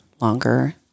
longer